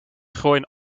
groeien